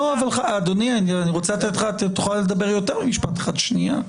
אני רוצה לתת לך יותר ממשפט אחד, שנייה.